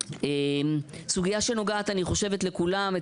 סוגיה שאני חושבת שנוגעת לכולם,